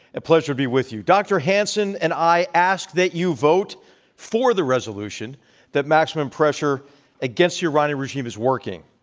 a pleasure to be with you. dr. hanson and i ask that you vote for the resolution that maximum pressure against the iranian regime is working.